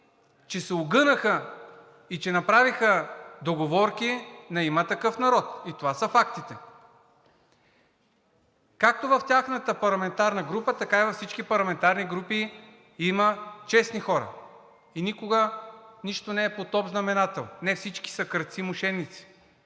че се огънаха и направиха договорки на „Има такъв народ“. Това са фактите! Както в тяхната парламентарна група, така и във всички парламентарни групи има честни хора и никога нищо не е под общ знаменател – не всички са крадци и мошеници,